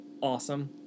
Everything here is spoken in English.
awesome